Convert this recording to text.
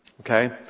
Okay